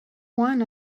one